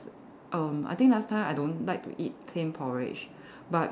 erm I think last time I don't like to eat plain porridge but